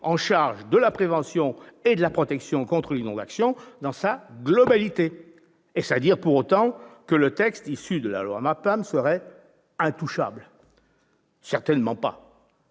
en charge de la prévention et de protection contre les inondations, dans sa globalité. Est-ce à dire, pour autant, que le texte issu de la loi MAPTAM serait intouchable ? Certainement pas